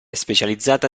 specializzata